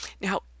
Now